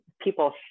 people